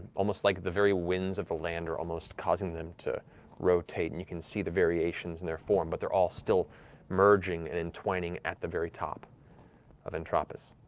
almost like the very winds of the land are causing them to rotate. and you can see the variations in their form, but they're all still merging and entwining at the very top of entropis.